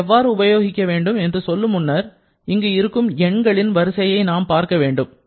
இதை எவ்வாறு உபயோகிக்க வேண்டும் என்று சொல்லும் முன்னர் இங்கு இருக்கும் எண்களின் வரிசையை நாம் பார்க்கவேண்டும்